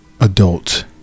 adults